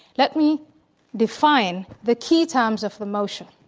let me define the key terms of the motion.